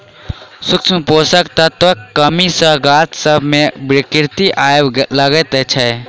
सूक्ष्म पोषक तत्वक कमी सॅ गाछ सभ मे विकृति आबय लागैत छै